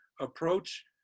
approach